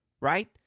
Right